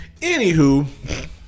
Anywho